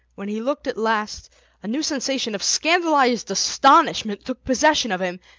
when he looked at last a new sensation of scandalised astonishment took possession of him.